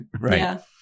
Right